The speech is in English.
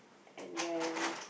and then